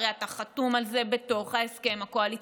הרי אתה חתום על זה בתוך ההסכם הקואליציוני.